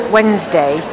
Wednesday